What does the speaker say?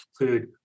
include